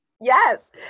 Yes